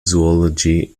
zoology